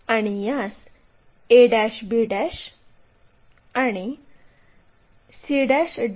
आणि यास a b आणि c d असे म्हणू